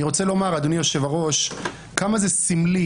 אני רוצה לומר, אדוני יושב-הראש, כמה זה סמלי